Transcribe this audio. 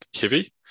heavy